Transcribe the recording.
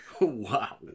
Wow